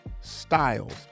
styles